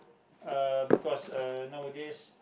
uh because uh nowadays